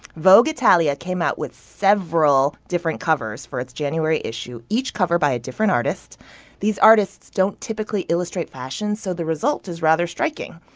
vogue italia came out with several different covers for its january issue, each cover by a different artist these artists don't typically illustrate fashion, so the result is rather striking.